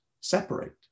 separate